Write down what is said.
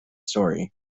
story